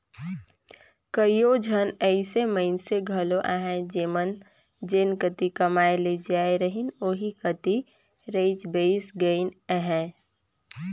कइयो झन अइसन मइनसे घलो अहें जेमन जेन कती कमाए ले जाए रहिन ओही कती रइच बइस गइन अहें